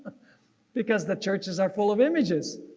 because the churches are full of images.